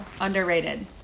Underrated